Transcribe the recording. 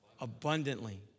Abundantly